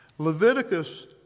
Leviticus